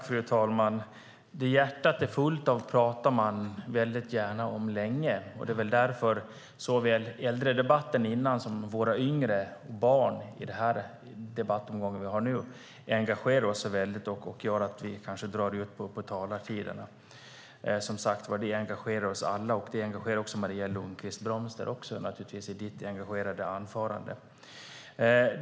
Fru talman! Det hjärtat är fullt av pratar man väldigt gärna länge om. Det är väl därför såväl äldredebatten innan som debatten om våra yngre barn i den här debatten engagerar oss så väldigt och gör att vi kanske drar ut på talartiderna. Vi engagerar oss som sagt alla, naturligtvis även Maria Lundqvist-Brömster i sitt engagerade anförande.